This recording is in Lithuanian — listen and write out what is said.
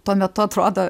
tuo metu atrodo